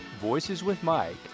VoicesWithMike